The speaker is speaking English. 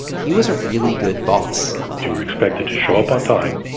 he was a really good boss you were expected to show up on time.